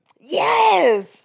Yes